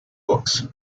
books